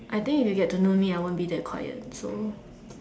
I think if you get to know me I won't be that quiet so